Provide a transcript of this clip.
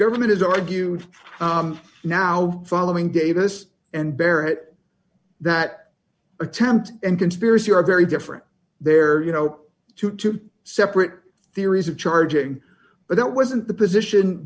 government has argued now following davis and barrett that attempt and conspiracy are very different there you know to two separate theories of charging but that wasn't the position